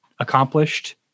accomplished